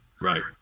right